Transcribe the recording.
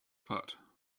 apart